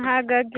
ಹಾಗಾಗಿ